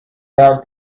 time